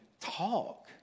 talk